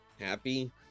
happy